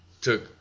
took